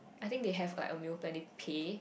I think they have like a meal plan they pay